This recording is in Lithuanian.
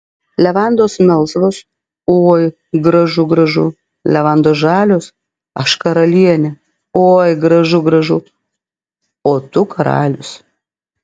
levandos melsvos oi gražu gražu levandos žalios aš karalienė oi gražu gražu o tu karalius